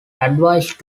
advised